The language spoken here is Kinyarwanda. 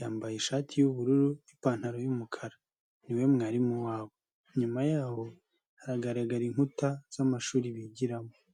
yambaye ishati y'ubururu n'ipantaro y'umukara niwe mwarimu wabo, inyuma yaho hagaragara inkuta z'amashuri bigiramo.